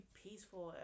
peaceful